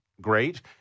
great